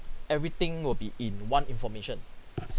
everything will be in one information